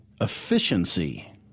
efficiency